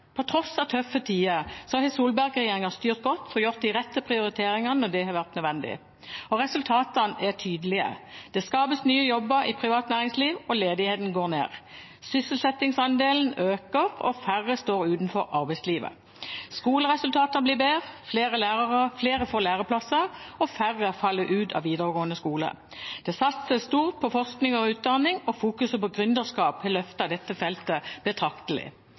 På tross av tøffe tider har Solberg-regjeringen styrt godt og gjort de rette prioriteringene når det har vært nødvendig, og resultatene er tydelige. Det skapes nye jobber i privat næringsliv, og ledigheten går ned. Sysselsettingsandelen øker, og færre står utenfor arbeidslivet. Skoleresultatene blir bedre, flere får læreplasser, og færre faller ut av videregående skoler. Det satses stort på forskning og utdanning, og ved å sette gründerskap i fokus har man løftet dette feltet betraktelig.